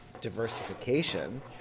diversification